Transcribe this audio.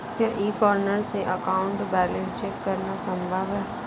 क्या e corner से account balance check करना संभव है?